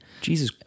Jesus